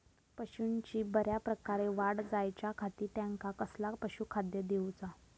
पशूंची बऱ्या प्रकारे वाढ जायच्या खाती त्यांका कसला पशुखाद्य दिऊचा?